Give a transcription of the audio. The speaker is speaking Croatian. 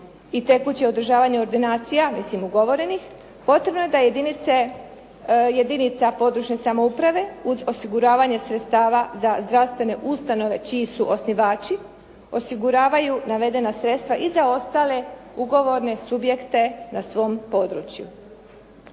i tekuće održavanje ordinacija mislim ugovorenih, potrebno je da jedinica područne samouprave uz osiguravanje sredstava za zdravstvene ustanove čiji su osnivači osiguravaju navedena sredstva i za ostale ugovorne subjekte na svom području.